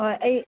ꯍꯣꯏ ꯑꯩ